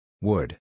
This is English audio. Wood